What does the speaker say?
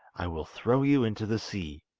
i will throw you into the sea,